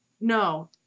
no